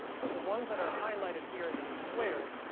but the ones that are highlighted here in these squares,